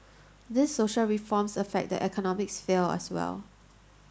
these social reforms affect the economic sphere as well